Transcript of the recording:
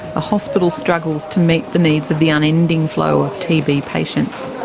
hospital struggles to meet the needs of the unending flow of tb patients.